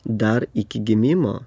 dar iki gimimo